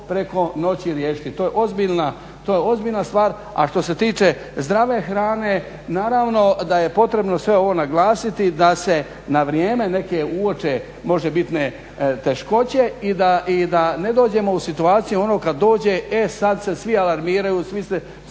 preko noći riješiti, to je ozbiljna stvar. A što se tiče zdrave hrane naravno da je potrebno sve ovo naglasiti da se na vrijeme neke uoče možebitne teškoće i da ne dođemo u situaciju ono kad dođe, e sad se svi alarmiraju, stožeri